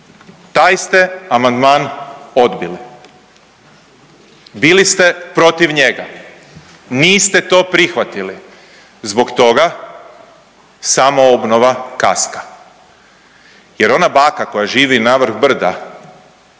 Taj ste amandman odbili. Bili ste protiv njega. Niste to prihvatili. Zbog toga samoobnova kaska jer ona baka koja živi navrh brda